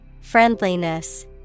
Friendliness